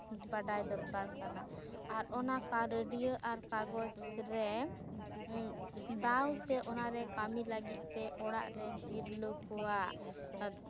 ᱵᱟᱰᱟᱭ ᱫᱚᱨᱠᱟᱨ ᱠᱟᱱᱟ ᱟᱨ ᱚᱱᱟ ᱨᱮᱰᱤᱭᱳ ᱟᱨ ᱠᱟᱜᱚᱡᱽ ᱨᱮᱫᱟᱣ ᱥᱮ ᱚᱱᱟᱨᱮ ᱠᱟᱹᱢᱤ ᱞᱟᱹᱜᱤᱫ ᱛᱮ ᱚᱲᱟᱜ ᱨᱮᱱ ᱛᱤᱨᱞᱟᱹ ᱠᱚᱣᱟᱜ